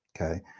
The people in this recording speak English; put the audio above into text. okay